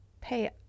pay